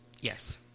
Yes